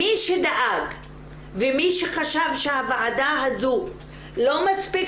מי שדאג ומי שחשב שהוועדה הזו לא מספיק